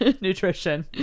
nutrition